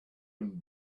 him